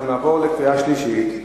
אנחנו נעבור לקריאה שלישית,